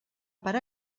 per